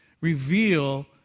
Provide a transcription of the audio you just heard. reveal